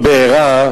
ביערות